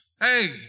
hey